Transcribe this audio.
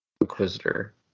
inquisitor